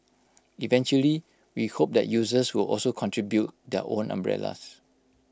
eventually we hope that users will also contribute their own umbrellas